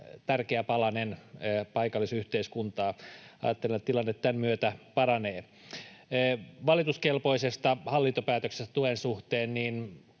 tärkeä palanen paikallisyhteiskuntaa — tilanne tämän myötä paranee. Valituskelpoisesta hallintopäätöksestä tuen suhteen